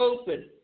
open